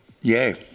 Yay